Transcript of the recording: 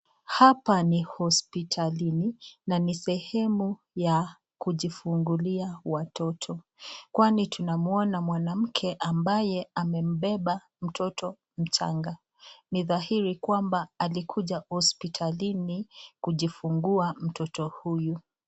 Hapa ni hospitalini na ni sehemu ya kujifungulia watoto kwani tunamwona mwanamke ambaye amembeba mtoto mchanga ni dhahiri kwamba alikuja hospitalini kujifungua mtoto huyu.